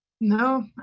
No